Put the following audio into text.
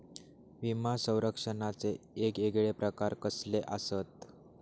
विमा सौरक्षणाचे येगयेगळे प्रकार कसले आसत?